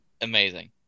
Amazing